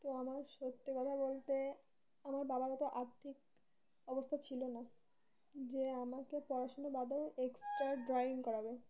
তো আমার সত্যি কথা বলতে আমার বাবারও তো আর্থিক অবস্থা ছিল না যে আমাকে পড়াশুনার বাদেও এক্সট্রা ড্রয়িং করাবে